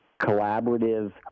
collaborative